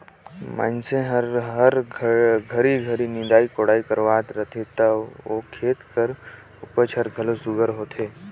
मइनसे हर घरी घरी निंदई कोड़ई करवात रहथे ता ओ खेत कर उपज हर घलो सुग्घर होथे